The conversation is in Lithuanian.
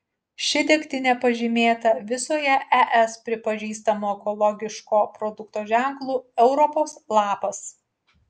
ši degtinė pažymėta visoje es pripažįstamu ekologiško produkto ženklu europos lapas